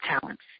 talents